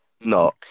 No